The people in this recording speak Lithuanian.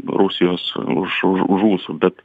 rusijos už už už ūsų bet